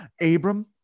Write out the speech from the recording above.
Abram